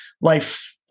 life